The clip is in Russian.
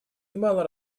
немало